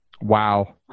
Wow